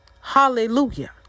Hallelujah